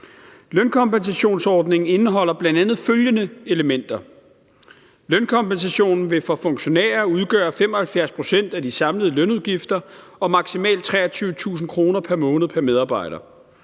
Lønkompensationsordningen indeholder bl.a. følgende elementer: Lønkompensationen vil for funktionærer udgøre 75 pct. af de samlede lønudgifter og maksimalt 23.000 kr. pr. måned pr. medarbejder;